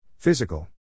Physical